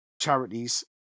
charities